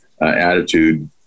attitude